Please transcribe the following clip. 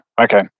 okay